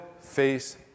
face